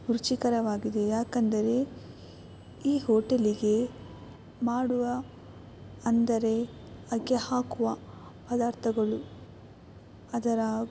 ರುಚಿಕರವಾಗಿದೆ ಯಾಕಂದರೆ ಈ ಹೋಟೆಲ್ಲಿಗೆ ಮಾಡುವ ಅಂದರೆ ಅದ್ಕೆ ಹಾಕುವ ಪದಾರ್ಥಗಳು ಅದರ